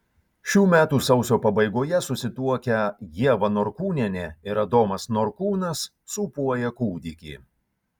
šių metų sausio pabaigoje susituokę ieva norkūnienė ir adomas norkūnas sūpuoja kūdikį